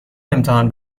امتحان